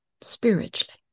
Spiritually